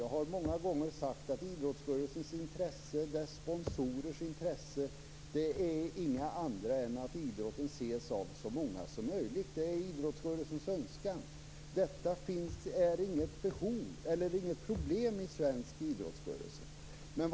Jag har många gånger sagt att idrottsrörelsens och dess sponsorers intresse inte är något annat än att idrotten ses av så många som möjligt. Detta är idrottsrörelsens önskan. Detta är inget problem i svensk idrottsrörelse.